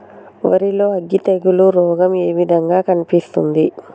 వరి లో అగ్గి తెగులు రోగం ఏ విధంగా కనిపిస్తుంది?